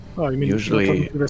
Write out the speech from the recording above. usually